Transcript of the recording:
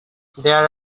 there